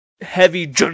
heavy